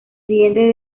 siguiente